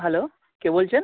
hello কে বলছেন